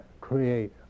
create